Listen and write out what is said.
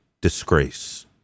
disgrace